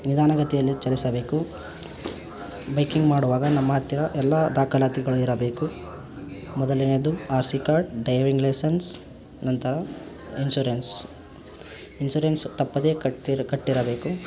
ನಿಧಾನಗತಿಯಲ್ಲಿ ಚಲಿಸಬೇಕು ಬೈಕಿಂಗ್ ಮಾಡುವಾಗ ನಮ್ಮ ಹತ್ತಿರ ಎಲ್ಲಾ ದಾಖಲಾತಿಗಳು ಇರಬೇಕು ಮೊದಲನೆಯದು R C card driving licence ನಂತರ ಇನ್ಸುರೆನ್ಸ್ ಇನ್ಸುರೆನ್ಸ್ ತಪ್ಪದೇ ಕಟ್ತಿ ಕಟ್ಟಿರಬೇಕು